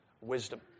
wisdom